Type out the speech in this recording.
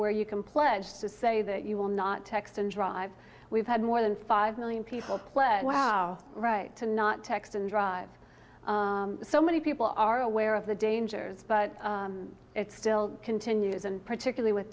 where you complain just to say that you will not text and drive we've had more than five million people play wow right to not text and drive so many people are aware of the dangers but it still continues and particularly with